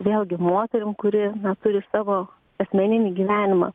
vėlgi moterim kuri turi savo asmeninį gyvenimą